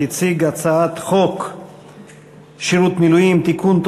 שהציג את הצעת חוק שירות המילואים (תיקון,